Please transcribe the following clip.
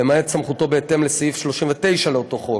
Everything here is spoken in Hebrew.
למעט סמכותו בהתאם לסעיף 39 לאותו חוק,